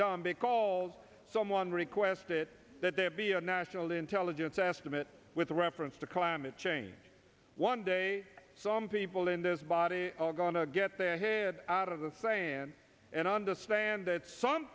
done because someone request it that there be a national intelligence estimate with reference to climate change one day some people in this body are going to get their head out of the same man and understand that s